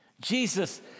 Jesus